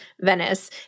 Venice